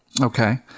Okay